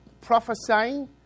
prophesying